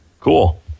Cool